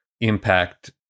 impact